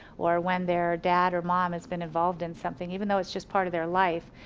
or when their dad or mom has been involved in something, even though it's just part of their life.